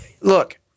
Look